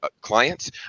clients